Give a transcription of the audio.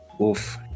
oof